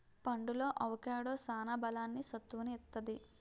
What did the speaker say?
పండులో అవొకాడో సాన బలాన్ని, సత్తువును ఇత్తది